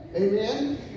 Amen